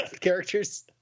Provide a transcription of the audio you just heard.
characters